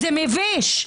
זה מביש.